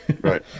Right